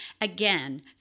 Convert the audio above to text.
Again